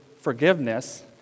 forgiveness